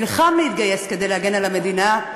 נלחם להתגייס כדי להגן על המדינה.